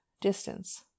distance